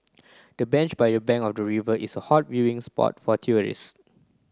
the bench by the bank of the river is a hot viewing spot for tourist